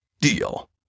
Deal